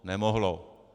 Nemohlo.